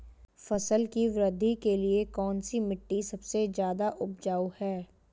फसल की वृद्धि के लिए कौनसी मिट्टी सबसे ज्यादा उपजाऊ है?